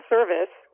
Service